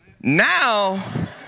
Now